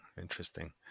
Interesting